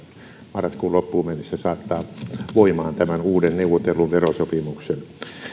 marraskuun loppuun mennessä saattaa voimaan tämän uuden neuvotellun verosopimuksen